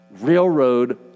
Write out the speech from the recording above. Railroad